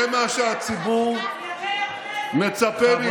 זה מה שהציבור מצפה מאיתנו.